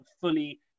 fully